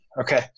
Okay